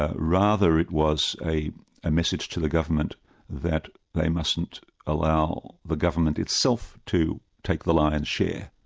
ah rather it was a message to the government that they mustn't allow the government itself to take the lion's share,